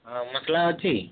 ଆଉ ମସଲା ଅଛି